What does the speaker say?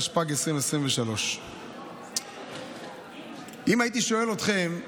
התשפ"ג 2023. אם הייתי שואל אתכם,